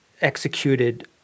executed